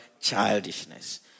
childishness